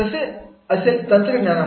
तसे असेल तंत्रज्ञानामुळे